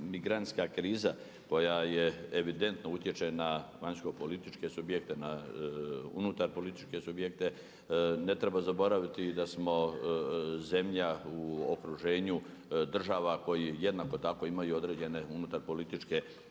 migrantska kriza koja evidentno utječe na vanjsko političke subjekte, na unutar političke subjekte. Ne treba zaboraviti i da smo zemlja u okruženju država koji jednako tako imaju određene unutar političke